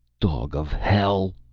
dog of hell!